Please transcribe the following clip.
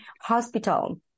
hospital